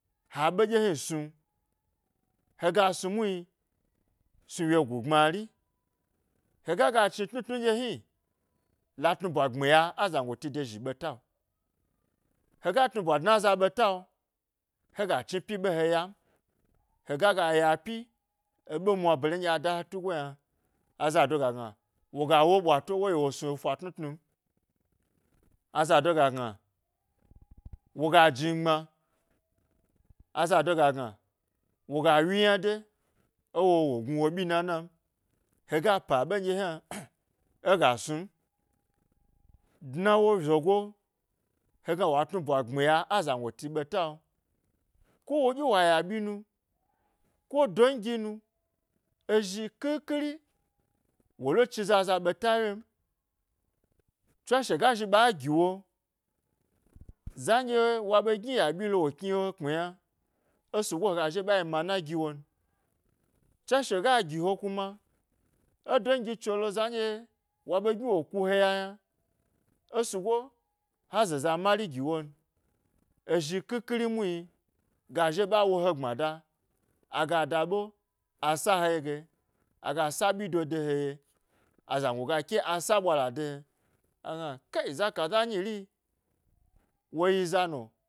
Ha ɓe ɗye hni snu, hega snu muhni snu yegu gbmari hega ga chni tnu tnu n ɗye hni la tnu ɓwa gbmiya ė azangoti dozhi ɓeta hega tnuba dna aza ɓeta hega chni pyi ɓehe yam, hega ga ya pyi, eɓe mwa bare nɗye a da e he tugo yna zado ga gna woya wo ɓwato wo ye wo snu efa tnu tnu m, azado ga gna woga tnimgbma azado ga gna woga wyi wyi yna de, ewo wo wo gnu wo ɓyina nam, hega pa ɓe nɗye hna, ega snum, dna wo zogo hegna wa tnu bwa gbmi ya e azangoti ɓeta kowoɗye wa ayya ɓyi nu ku don ginu ezhi ƙhi ƙhiri wole, chi zaza ɓeta yem, tswashe ga zhi ɓa giwo za nɗye wo ɓe gni ya ɓyilo wo kniwo kpmi yna esugo ega zhi wo ɓa yi mana gi wun tswashe ga giwo kura e dungi tsolo za nɗye wo ɓe gni wo kuhe ya yna esugo ha ze za mari gi won ezhi khi khiri muhni, gazhi wo ɓa wo he gbmada agada ɓe a sahe ge, aga saɓyido de he ye, azango ga ke a saɓwala de ye, agna kei zakaza nyi ri, woyi za no.